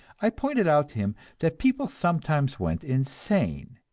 i pointed out to him that people sometimes went insane,